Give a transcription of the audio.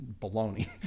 baloney